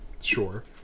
sure